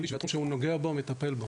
כל איש והתחום שהוא נוגע בו, מטפל בו,